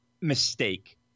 mistake